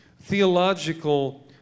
theological